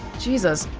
jesus.